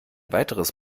weiteres